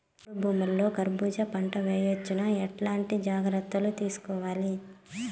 చౌడు భూముల్లో కర్బూజ పంట వేయవచ్చు నా? ఎట్లాంటి జాగ్రత్తలు తీసుకోవాలి?